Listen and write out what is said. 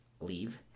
leave